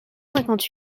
cinquante